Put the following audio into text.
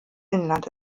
inland